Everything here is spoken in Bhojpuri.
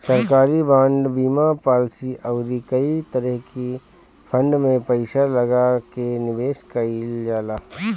सरकारी बांड, बीमा पालिसी अउरी कई तरही के फंड में पईसा लगा के निवेश कईल जाला